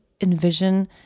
envision